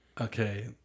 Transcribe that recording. Okay